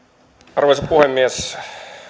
arvoisa puhemies